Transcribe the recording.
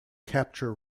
capture